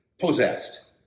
possessed